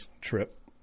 trip